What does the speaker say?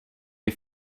you